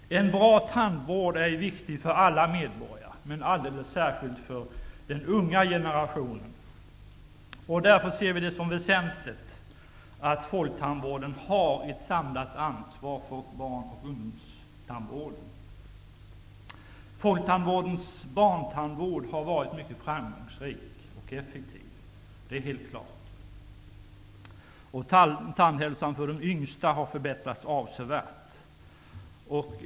En bra tandvård är viktig för alla medborgare, men särskilt för den unga generationen. Därför ser vi det som väsentligt att folktandvården har ett samlat ansvar för barn och ungdomstandvården. Folktandvårdens barntandvård har varit mycket framgångsrik och effektiv -- det är helt klart. Tandhälsan för de yngsta har förbättrats avsevärt.